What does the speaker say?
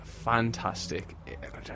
fantastic